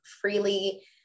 freely